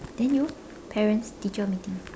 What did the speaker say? then you parents teacher meeting